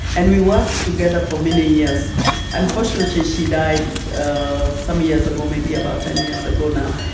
and we worked together for many years unfortunately, she died ah some years ago, maybe about ten years ago now.